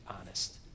honest